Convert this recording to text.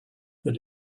that